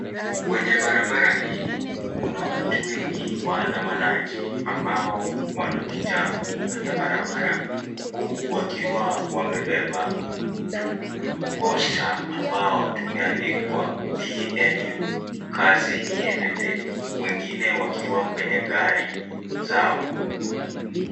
Kwenye barabara hii kuna watu wengi waandamanaji ambao wanapita kwenye barabara huku wakiwa wamebeba tu poster tumeandikwa PNU kazi iendelee, wengine wakiwa kwenye gari zao.